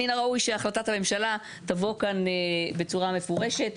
מן הראוי שהחלטת הממשלה תבוא כאן בצורה מפורשת,